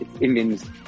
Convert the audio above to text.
Indians